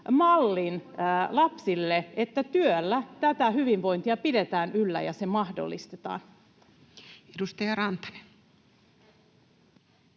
mallin, että työllä tätä hyvinvointia pidetään yllä ja se mahdollistetaan. [Pia Viitanen: